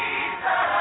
Jesus